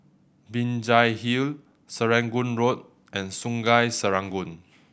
Binjai Hill Serangoon Road and Sungei Serangoon